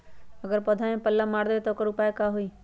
अगर पौधा में पल्ला मार देबे त औकर उपाय का होई?